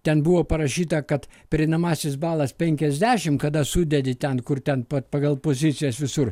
ten buvo parašyta kad pereinamasis balas penkiasdešimt kada sudedi ten kur ten pat pagal pozicijas visur